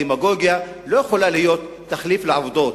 ודמגוגיה לא יכולה להיות תחליף לעובדות.